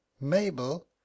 Mabel